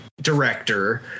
director